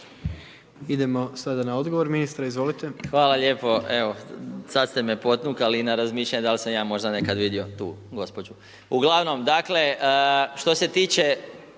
Idemo sada na odgovor. Ministre izvolite. **Marić, Zdravko** Hvala lijepo, evo sada ste me potaknuli na razmišljanje, da li sam ja možda nekada vidio tu gospođu. Ugl. dakle, što se tiče